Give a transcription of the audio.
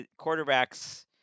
quarterbacks